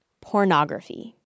pornography